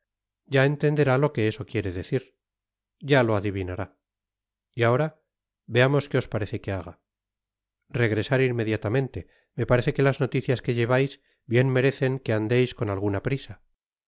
ya entenderá lo que eso qniere decir ya lo adivinará y ahora veamos qué os parece que haga regresar inmediatamente me parece que las noticias que llevais bien merecen qne andeis con alguna prisa